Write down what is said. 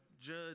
judge